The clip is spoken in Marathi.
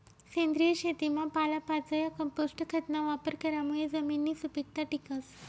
सेंद्रिय शेतीमा पालापाचोया, कंपोस्ट खतना वापर करामुये जमिननी सुपीकता टिकस